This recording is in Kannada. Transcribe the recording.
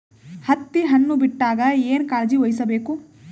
ಹತ್ತಿ ಹಣ್ಣು ಬಿಟ್ಟಾಗ ಏನ ಕಾಳಜಿ ವಹಿಸ ಬೇಕು?